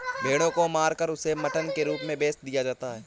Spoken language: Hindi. भेड़ों को मारकर उसे मटन के रूप में बेच दिया जाता है